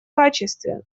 качестве